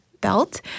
belt